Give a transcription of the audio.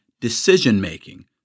decision-making